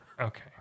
Okay